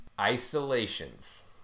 isolations